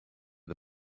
the